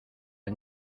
han